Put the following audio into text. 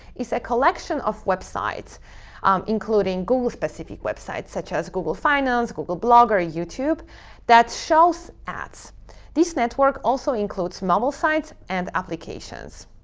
is a collection of websites um including google specific websites such as google finance, google blogger or youtube that shows ads. alex this network also includes mobile sites and applications.